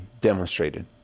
demonstrated